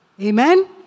Amen